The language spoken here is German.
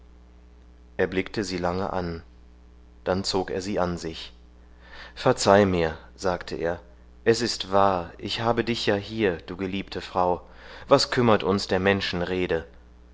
er blickte sie lange an dann zog er sie an sich verzeih mir sagte er es ist wahr ich habe dich ja hier du geliebte frau was kümmert uns der menschen rede